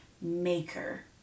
maker